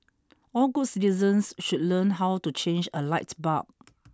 all good citizens should learn how to change a light bulb